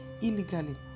illegally